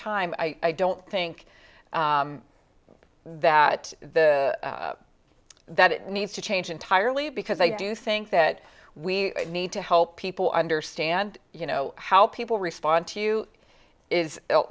time i don't think that the that it needs to change entirely because i do think that we need to help people understand you know how people respond to you is a